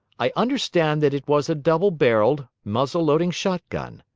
i understand that it was a double-barreled, muzzle-loading shotgun.